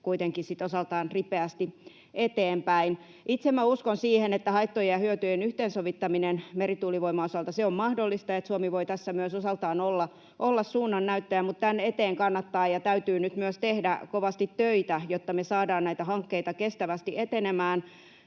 sitten osaltaan ripeästi eteenpäin. Itse uskon siihen, että haittojen ja hyötyjen yhteensovittaminen merituulivoiman osalta on mahdollista niin, että Suomi voi tässä myös osaltaan olla suunnannäyttäjä. Mutta tämän eteen kannattaa ja täytyy nyt myös tehdä kovasti töitä, jotta me saadaan näitä hankkeita kestävästi etenemään